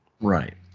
Right